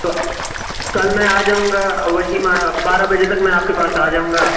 کل میں آ جاؤں گا وہی میں بارہ بجے تک میں آپ کے پاس آ جاؤں گا